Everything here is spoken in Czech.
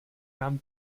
nám